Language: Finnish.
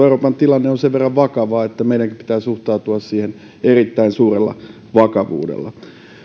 euroopan tilanne on sen verran vakava että meidänkin pitää suhtautua siihen erittäin suurella vakavuudella